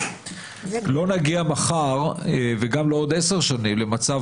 לא נגיע מחר וגם לא עוד 10 שנים למצב